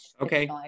okay